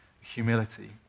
humility